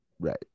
right